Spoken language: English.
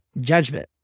judgment